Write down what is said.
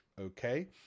Okay